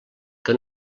que